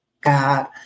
God